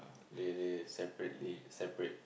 they they separately separate